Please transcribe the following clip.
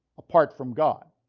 apart from god!